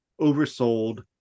oversold